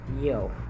Yo